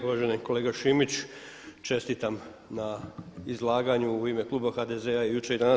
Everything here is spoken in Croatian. Uvaženi kolega Šimić, čestitam na izlaganju u ime kluba HDZ-a i jučer i danas.